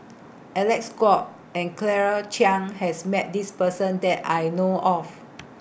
Alec Kuok and Claire Chiang has Met This Person that I know of